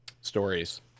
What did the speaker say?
stories